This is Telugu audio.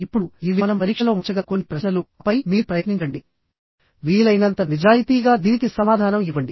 ఇప్పుడుఇవి మనం పరీక్షలో ఉంచగల కొన్ని ప్రశ్నలుఆపై మీరు ప్రయత్నించండి వీలైనంత నిజాయితీగా దీనికి సమాధానం ఇవ్వండి